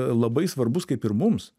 labai svarbus kaip ir mums